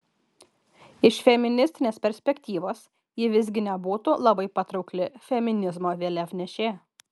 iš feministinės perspektyvos ji visgi nebūtų labai patraukli feminizmo vėliavnešė